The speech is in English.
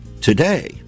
today